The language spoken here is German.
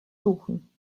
suchen